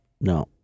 No